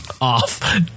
off